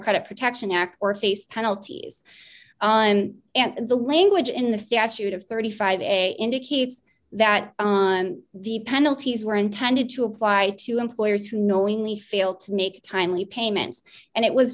credit protection act or face penalties and the language in the statute of thirty five dollars indicates that the penalties were intended to apply to employers who knowingly fail to make timely payments and it was